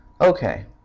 Okay